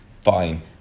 fine